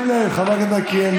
אתה רואה, חבר הכנסת מלכיאלי?